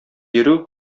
йөрү